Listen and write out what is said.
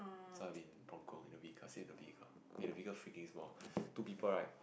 so I'm in bronco in the B vehicle I stay in the vehicle and the vehicle freaking small two people right